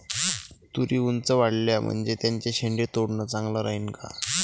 तुरी ऊंच वाढल्या म्हनजे त्याचे शेंडे तोडनं चांगलं राहीन का?